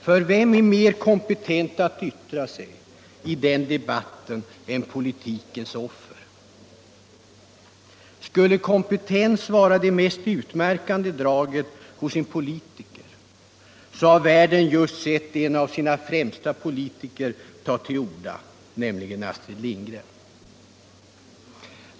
För vem är mer kompetent att yttra sig i den debatten än politikens offer? Skulle kompetens vara det mest utmärkande draget hos en politiker har världen just hört en av sina främsta politiker ta till orda, nämligen Astrid Lindgren.